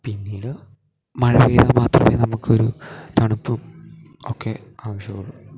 പിന്നീട് മഴ പെയ്താൽ മാത്രമേ നമുക്കൊരു തണുപ്പും ഒക്കെ ആവശ്യം ഉള്ളൂ